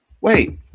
Wait